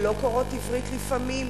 שלא קוראות עברית לפעמים?